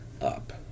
up